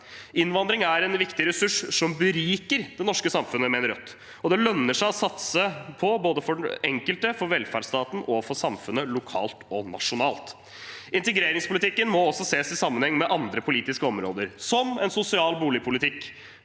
kommuner i integreringsarbeidet det norske samfunnet, mener Rødt. Det lønner seg å satse på det, både for den enkelte, for velferdsstaten og for samfunnet lokalt og nasjonalt. Integreringspolitikken må også ses i sammenheng med andre politiske områder, som en sosial boligpolitikk.